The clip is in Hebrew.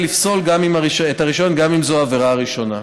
לפסול את הרישיון גם אם זו העבירה הראשונה.